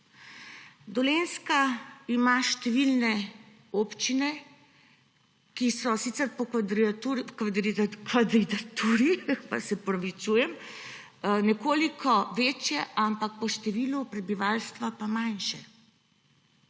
Dolenjska ima številne občine, ki so sicer po kvadraturi nekoliko večje, ampak po številu prebivalstva pa manjše.